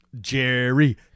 Jerry